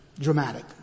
dramatic